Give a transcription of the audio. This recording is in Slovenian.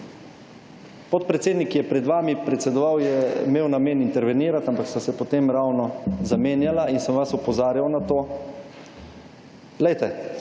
Podpredsednik, ki je pred vami predsedoval, je imel namen intervenirati, ampak sva se potem ravno zamenjala in se vas opozarjal na to. Poglejte,